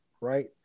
right